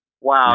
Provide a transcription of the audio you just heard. Wow